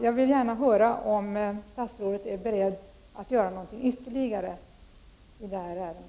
Jag vill gärna höra om statsrådet är beredd att göra någonting ytterligare i det här ärendet.